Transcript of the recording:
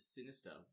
Sinister